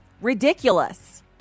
ridiculous